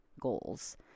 goals